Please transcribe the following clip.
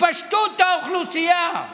התפשטות האוכלוסייה,